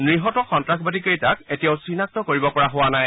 নিহত সন্নাসবাদীকেইটাক এতিয়াও চিনাক্তা কৰিব পৰা হোৱা নাই